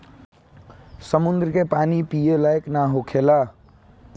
समुंद्र के पानी पिए लायक ना होखेला